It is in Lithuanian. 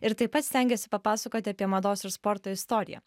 ir taip pat stengiasi papasakoti apie mados ir sporto istoriją